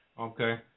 Okay